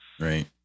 right